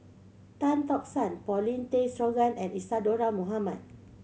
Tan Tock San Paulin Tay Straughan and Isadhora Mohamed